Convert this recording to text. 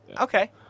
okay